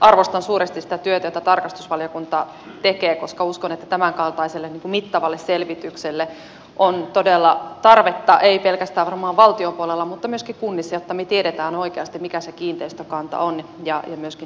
arvostan suuresti sitä työtä jota tarkastusvaliokunta tekee koska uskon että tämänkaltaiselle mittavalle selvitykselle on todella tarvetta ei varmaan pelkästään valtion puolella vaan myöskin kunnissa jotta me tiedämme oikeasti mikä se kiinteistökanta on ja myöskin tarve